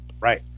Right